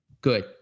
Good